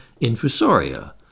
infusoria